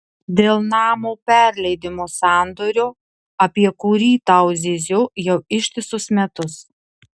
dėl namo perleidimo sandorio apie kurį tau zyziu jau ištisus metus